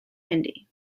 hindi